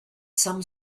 some